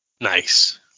Nice